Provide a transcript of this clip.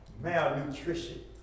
malnutrition